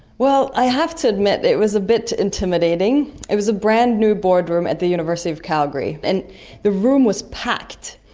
well i have to admit it was a bit intimidating. it was a brand new boardroom at the university of calgary, and the room was packed.